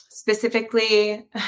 Specifically